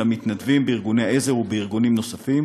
למתנדבים בארגוני העזר ובארגונים נוספים,